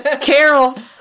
Carol